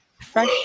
fresh